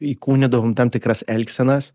įkūnydavom tam tikras elgsenas